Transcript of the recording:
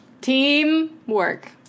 Teamwork